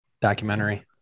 documentary